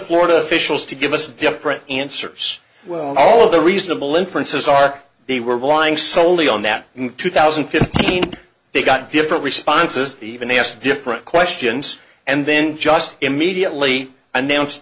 florida officials to give us different answers all of the reasonable inferences are they were lying soley on that in two thousand and fifteen they got different responses even asked different questions and then just immediately announced